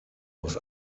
aus